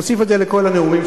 נוסיף את זה לכל הנאומים,